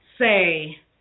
say